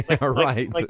Right